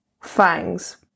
fangs